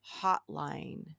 hotline